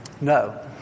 No